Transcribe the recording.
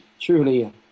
truly